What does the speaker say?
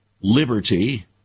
liberty